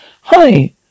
Hi